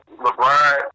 LeBron